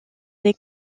les